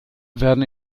werden